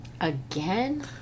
Again